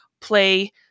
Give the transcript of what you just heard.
play